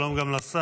שלום גם לשר,